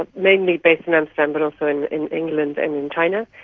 but mainly based in amsterdam but also in in england and in china,